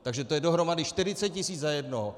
Takže to je dohromady 40 tisíc za jednoho.